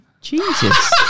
Jesus